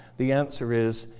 the answer is,